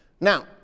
Now